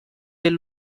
del